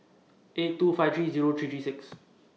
eight two five three Zero three three six